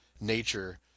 nature